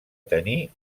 tenir